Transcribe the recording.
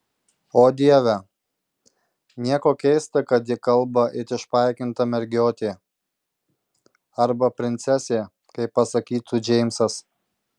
o dieve nieko keista kad ji kalba it išpaikinta mergiotė arba princesė kaip pasakytų džeimsas